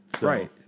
Right